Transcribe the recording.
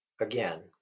Again